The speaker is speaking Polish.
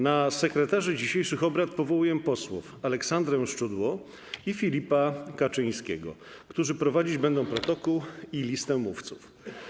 Na sekretarzy dzisiejszych obrad powołuję posłów Aleksandrę Szczudło i Filipa Kaczyńskiego, którzy prowadzić będą protokół i listę mówców.